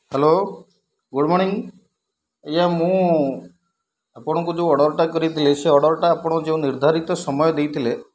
hello good morning ଆଜ୍ଞା ମୁଁ ଆପଣଙ୍କୁ ଯେଉଁ ଅର୍ଡ଼ର୍ଟା କରିଥିଲି ସେ ଅର୍ଡ଼ର୍ଟା ଆପଣ ଯେଉଁ ନିର୍ଦ୍ଧାରିତ ସମୟ ଦେଇଥିଲେ